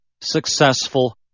successful